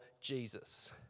Jesus